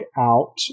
out